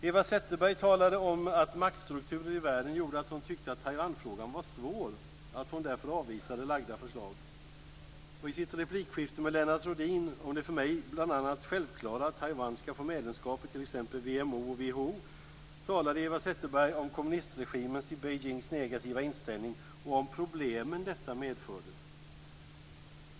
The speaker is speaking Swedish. Eva Zetterberg talade om att "maktstrukturer i världen" gjorde att hon tyckte att Taiwanfrågan var svår och att hon därför avvisade lagda förslag. I sitt replikskifte med Lennart Rohdin, om det för mig bl.a. självklara att Taiwan skall få medlemskap i t.ex. WMO och WHO, talade Eva Zetterberg om kommunistregimens negativa inställning i Beijing och om problemen detta medför.